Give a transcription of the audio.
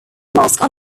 mosque